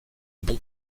bon